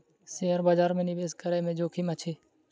share बजार में निवेश करै में जोखिम अछि